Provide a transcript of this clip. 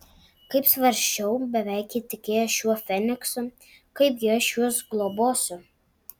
kaip svarsčiau beveik įtikėjęs šiuo feniksu kaipgi aš juos globosiu